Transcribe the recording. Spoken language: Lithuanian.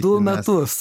du metus